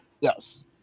Yes